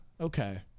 Okay